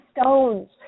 stones